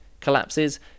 collapses